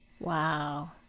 Wow